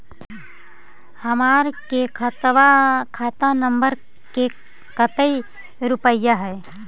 हमार के खाता नंबर में कते रूपैया है?